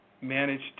managed